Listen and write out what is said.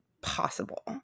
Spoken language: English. possible